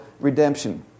redemption